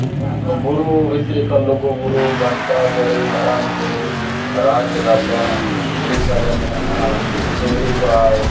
ᱵᱩᱨᱩ ᱵᱷᱤᱛᱨᱤ ᱠᱷᱚᱱ ᱞᱩᱜᱩᱼᱵᱩᱨᱩ ᱜᱷᱟᱱᱴᱟ ᱵᱟᱲᱮ ᱢᱟᱨᱟᱝ ᱵᱩᱨᱩ ᱨᱟᱡᱽ ᱨᱟᱯᱟᱡᱽ ᱩᱲᱤᱥᱥᱟ ᱨᱮ ᱢᱮᱱᱟᱜ ᱥᱤᱢᱲᱤᱯᱟᱲ